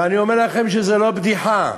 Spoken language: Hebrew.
ואני אומר לכם שזו לא בדיחה.